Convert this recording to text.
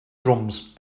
drums